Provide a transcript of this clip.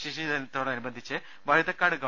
ശിശുദിനത്തോടനുബന്ധിച്ച് Vazhuthacaud ഗവ